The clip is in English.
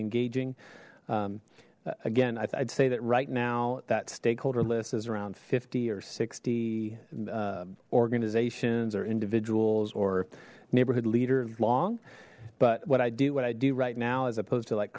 engaging again i'd say that right now that stakeholder list is around fifty or sixty organizations or individuals or neighborhood leaders long but what i do what i do right now as opposed to like